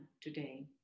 today